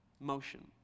motion